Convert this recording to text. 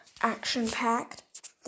action-packed